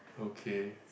okay